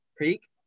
peak